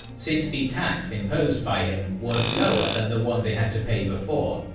since the tax imposed by him was lower than the one, they had to pay before,